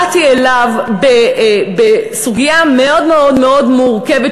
באתי אליו בסוגיה מאוד מאוד מאוד מורכבת,